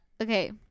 Okay